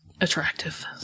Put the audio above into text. attractive